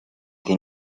che